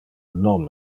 non